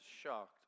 shocked